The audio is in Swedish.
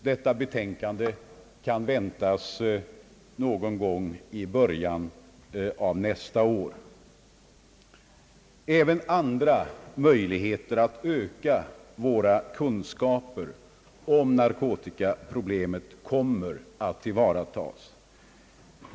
Detta betänkande kan väntas någon gång i början av nästa år. Även andra möjligheter att öka våra kunskaper om narkotikaproblemet kommer att tillvaratas.